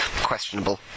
questionable